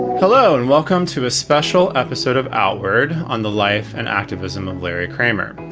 hello and welcome to a special episode of outward on the life and activism of larry kramer.